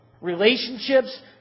Relationships